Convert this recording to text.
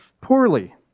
poorly